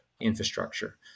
infrastructure